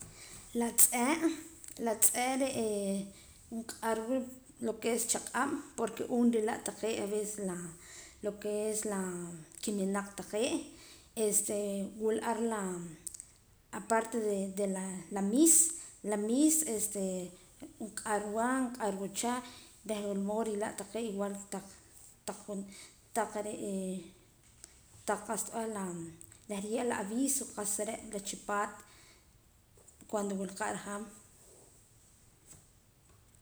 La tz'e' la tz'e' re nq'arwa lo que es chaq'ab' porque um rilaa' taqee' avece la lo que es la la kiminaq taqee' este wula ar la aparte de la miis la miis este nq'arwa nq'arwa cha reh wula mood nrilaa' taqee' igual taq taq taq re' taq qa'sa b'eh reh nriye'eem aviso qa'sa re' la chi paat cuando wulu qa nrajaam.